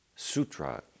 Sutra